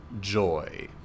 joy